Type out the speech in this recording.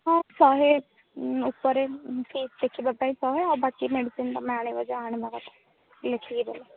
ହଁ ଶହେ ଉପରେ ଦେଖିବା ପାଇଁ ଶହେ ଆଉ ବାକି ମେଡ଼ିସିନ୍ ତୁମେ ଆଣିବ ଯା ଆଣିବା କଥା ଲେଖିକି ଦେବ